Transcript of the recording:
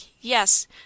yes